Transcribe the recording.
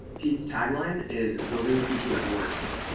peat's tagline is building a future that works.